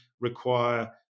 require